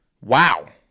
Wow